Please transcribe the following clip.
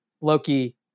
Loki